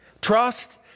Trust